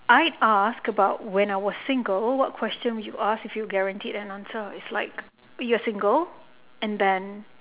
I asked about when I was single what question would you ask if you were guaranteed an answer it's like you are single and then